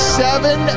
seven